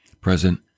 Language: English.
present